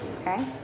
okay